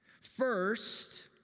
First